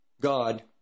God